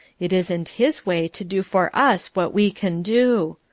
it isn't his way to do for us what we can do.